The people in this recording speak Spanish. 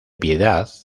piedad